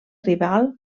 rival